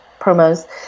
promos